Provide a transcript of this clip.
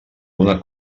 una